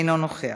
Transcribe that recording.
אינו נוכח,